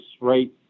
right